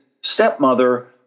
stepmother